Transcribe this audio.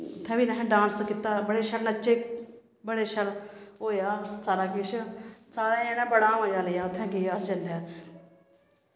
उत्थें बी असें डांस कीता बड़े शैल नच्चे बड़े शैल होएआ सारा किश सारे जनें बड़ा गै मजा लेआ उत्थें गे अस जेल्लै